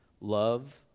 love